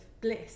bliss